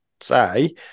say